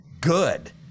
Good